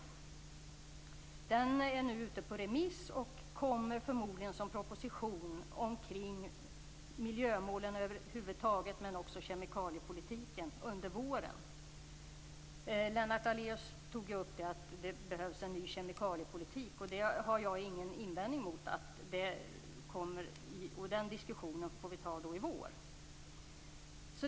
Rapporten är nu ute på remiss och kommer förmodligen som proposition omkring miljömålen över huvud taget, men också kemikaliepolitiken, under våren. Lennart Daléus tog upp att det behövs en ny kemikaliepolitik. Det har jag ingen invändning emot. Den diskussionen får vi ta i vår.